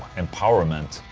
empowerment.